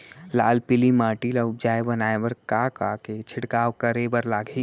लाल पीली माटी ला उपजाऊ बनाए बर का का के छिड़काव करे बर लागही?